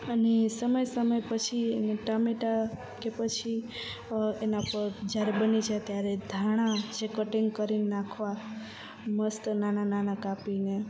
અને સમય સમય પછી એને ટામેટાં કે પછી એના પર જ્યારે બની જાય ત્યારે ધાણા જે કટિંગ કરીને નાખવા મસ્ત નાના નાના કાપીને